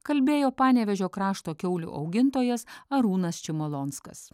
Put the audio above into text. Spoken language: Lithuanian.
kalbėjo panevėžio krašto kiaulių augintojas arūnas čimolonskas